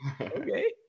Okay